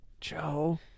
Joe